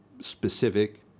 specific